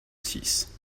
six